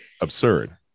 absurd